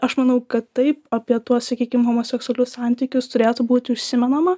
aš manau kad taip apie tuos sakykim homoseksualius santykius turėtų būti užsimenama